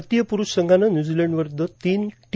भारतीय प्रुष संघानं न्यूझीलंडविरुद्ध तीन टी